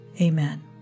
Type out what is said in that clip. Amen